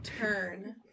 turn